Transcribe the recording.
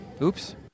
Oops